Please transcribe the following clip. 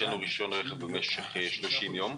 כלומר שאין לו רישיון רכב במשך 30 ימים.